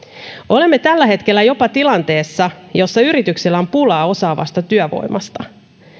olemme tällä hetkellä jopa tilanteessa jossa yrityksillä on pulaa osaavasta työvoimasta